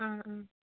ആ ആ